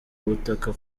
butaka